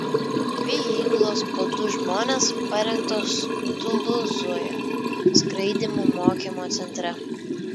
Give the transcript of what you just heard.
dvi įgulos po du žmones parengtos tulūzoje skraidymų mokymo centre